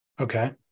Okay